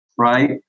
right